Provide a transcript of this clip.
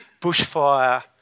bushfire